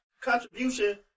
contribution